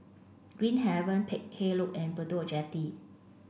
Green Haven Peck Hay Road and Bedok Jetty